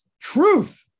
truth